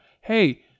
Hey